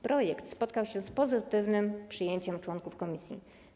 Projekt spotkał się z pozytywnym przyjęciem członków komisji.